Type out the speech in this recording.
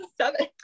seven